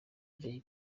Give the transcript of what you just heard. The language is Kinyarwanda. jay